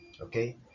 okay